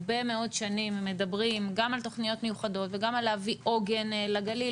הרבה מאוד שנים מדברים גם על תוכניות מיוחדות וגם על להביא עוגן לגליל.